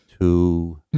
Two